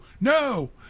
no